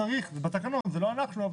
צריך לעשות